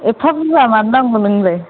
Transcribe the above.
एफ्फा बुरजा मानो नांगौ नोंनोलाय